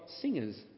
singers